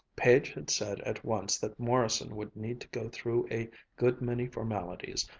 page had said at once that morrison would need to go through a good many formalities,